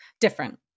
different